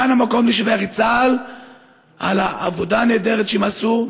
כאן המקום לשבח את צה"ל על העבודה הנהדרת שעשו,